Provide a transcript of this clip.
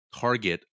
target